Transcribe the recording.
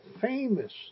famous